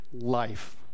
life